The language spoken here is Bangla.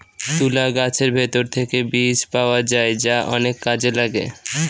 তুলা গাছের ভেতর থেকে বীজ পাওয়া যায় যা অনেক কাজে লাগে